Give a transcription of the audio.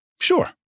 Sure